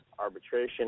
Arbitration